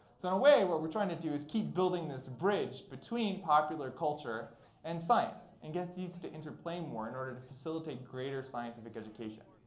so in a way, what we're trying to do is keep building this bridge between popular culture and science and get these to interplay more in order to facilitate greater scientific education.